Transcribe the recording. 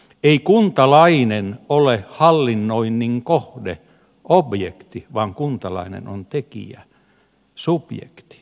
ei kuntalainen ole hallinnoinnin kohde objekti vaan kuntalainen on tekijä subjekti